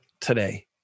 today